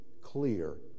clear